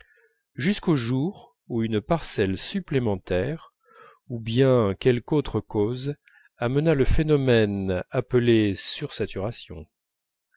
jusqu'au jour où une parcelle supplémentaire ou bien quelque autre cause amena le phénomène appelé sursaturation